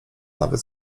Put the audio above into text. nawet